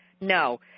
No